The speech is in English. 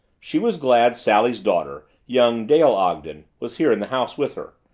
she was glad sally's daughter young dale ogden was here in the house with her.